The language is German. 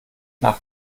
nach